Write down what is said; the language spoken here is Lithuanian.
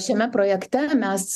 šiame projekte mes